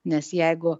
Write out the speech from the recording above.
nes jeigu